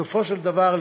בסופו של דבר,